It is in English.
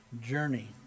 journey